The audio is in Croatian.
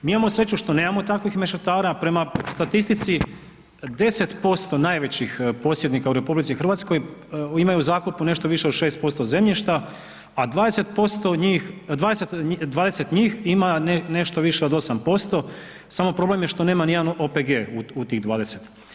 Mi imamo sreću što nemamo takvih mešetara, prema statistici, 10% najvećih posjednika u RH imaju u zakupu nešto više od 6% zemljišta, a 20 njih ima nešto više od 8%, samo problem je što nema niti jedan OPG u tih 20.